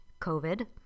COVID